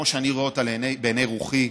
כמו שאני רואה אותה בעיני רוחי,